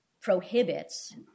prohibits